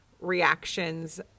reactions